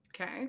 Okay